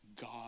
God